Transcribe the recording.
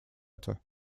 это